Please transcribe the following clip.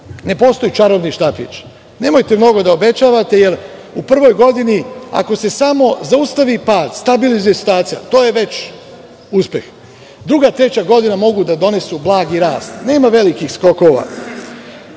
ne postoji čarobni štapić. Nemojte mnogo da obećavate jer u prvoj godini, ako se samo zaustavi pad, stabilizuje situacija, to je već uspeh. Druga, treća godina mogu da donesu blagi rast, nema velikih skokova.